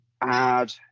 add